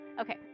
Okay